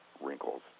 wrinkles